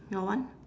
your one